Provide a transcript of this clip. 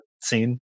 scene